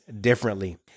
differently